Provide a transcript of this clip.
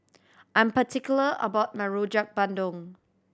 I'm particular about my Rojak Bandung